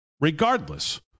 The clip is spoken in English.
regardless